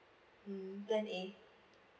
mm plan a